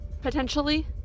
potentially